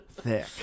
thick